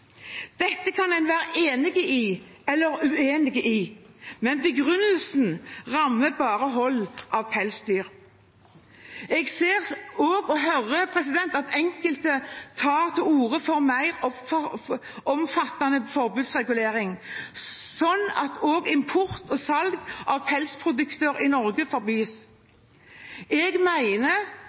Dette kan en være enig eller uenig i, men begrunnelsen rammer bare hold av pelsdyr. Jeg ser – og hører – at enkelte tar til orde for en mer omfattende forbudsregulering, slik at også import og salg av pelsprodukter i Norge forbys. Jeg